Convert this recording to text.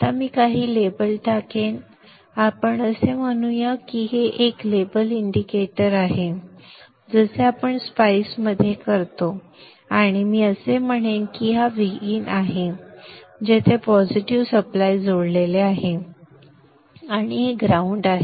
आता मी काही लेबल टाकेन आपण असे म्हणू की हे एक लेबल इंडिकेटर आहे जसे आपण स्पायसेस मध्ये करतो आणि मी असे म्हणेन की हा Vin आहे जेथे पॉझिटिव सप्लाय जोडलेले आहे आणि हे ग्राउंड आहे